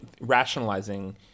rationalizing